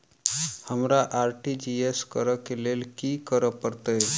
हमरा आर.टी.जी.एस करऽ केँ लेल की करऽ पड़तै?